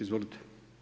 Izvolite.